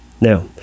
Now